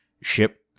ship